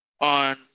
on